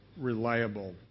reliable